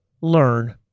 Learn